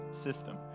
system